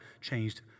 changed